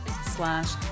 slash